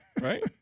right